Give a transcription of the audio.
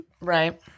Right